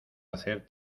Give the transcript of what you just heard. hacer